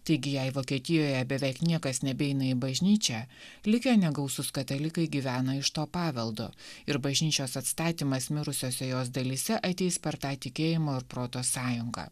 taigi jei vokietijoje beveik niekas nebeina į bažnyčią likę negausūs katalikai gyvena iš to paveldo ir bažnyčios atstatymas mirusiuose jos dalyse ateis per tą tikėjimo ir proto sąjungą